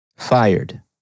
Fired